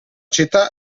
città